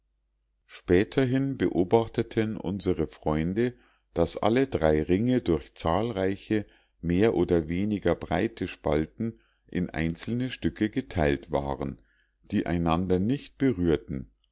späterhin beobachteten unsre freunde daß alle drei ringe durch zahlreiche mehr oder weniger breite spalten in einzelne stücke geteilt waren die einander nicht berührten